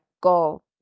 go